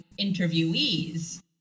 interviewees